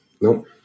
Nope